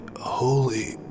holy